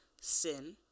sin